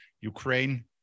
Ukraine